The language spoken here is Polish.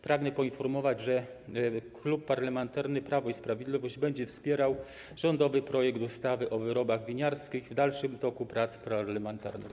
Pragnę poinformować, że Klub Parlamentarny Prawo i Sprawiedliwość będzie wspierał rządowy projekt ustawy o wyrobach winiarskich w dalszym toku prac parlamentarnych.